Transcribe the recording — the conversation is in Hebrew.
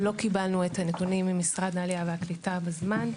לא קיבלנו את הנתונים ממשרד העלייה והקליטה בזמן,